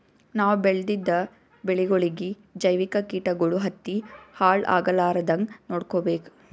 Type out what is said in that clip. ನಾವ್ ಬೆಳೆದಿದ್ದ ಬೆಳಿಗೊಳಿಗಿ ಜೈವಿಕ್ ಕೀಟಗಳು ಹತ್ತಿ ಹಾಳ್ ಆಗಲಾರದಂಗ್ ನೊಡ್ಕೊಬೇಕ್